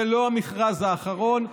זה לא המכרז האחרון,